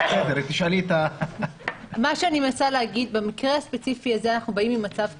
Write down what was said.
מה שאני מנסה להגיד הוא שבמקרה הספציפי הזה אנחנו באים עם מצב קיים.